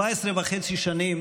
17.5 שנים